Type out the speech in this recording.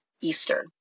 Eastern